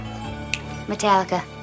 Metallica